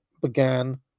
began